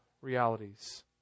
realities